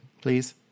please